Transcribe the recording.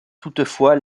toutefois